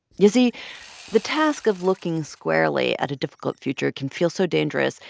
you see the task of looking squarely at a difficult future can feel so dangerous,